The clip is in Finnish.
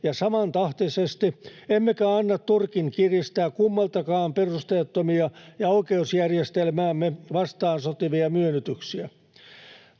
ja samantahtisesti emmekä anna Turkin kiristää kummaltakaan perusteettomia ja oikeusjärjestelmäämme vastaan sotivia myönnytyksiä.